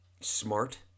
smart